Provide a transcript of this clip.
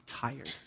tired